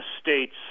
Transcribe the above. states